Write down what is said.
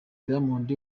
diamond